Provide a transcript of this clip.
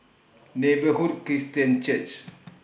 Neighbourhood Christian Church